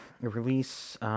release